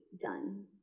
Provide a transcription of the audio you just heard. done